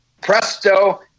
Presto